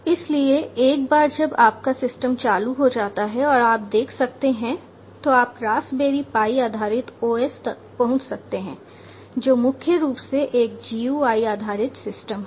इसलिए एक बार जब आपका सिस्टम चालू हो जाता है और आप देख सकते हैं तो आप रास्पबेरी पाई आधारित ओएस तक पहुँच सकते हैं जो मुख्य रूप से एक GUI आधारित सिस्टम है